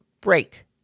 break